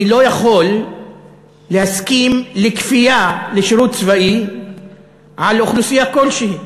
אני לא יכול להסכים לכפייה לשירות צבאי על אוכלוסייה כלשהי,